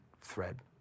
thread